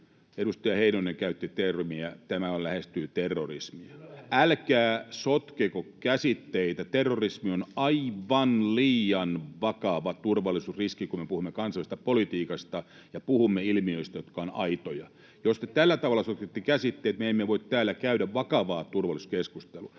terrorismia”. [Mauri Peltokangas: Kyllä lähestyy!] Älkää sotkeko käsitteitä. Terrorismi on aivan liian vakava turvallisuusriski, kun me puhumme kansainvälisestä politiikasta ja puhumme ilmiöistä, jotka ovat aitoja. Jos te tällä tavalla sotkette käsitteet, me emme voi täällä käydä vakavaa turvallisuuskeskustelua.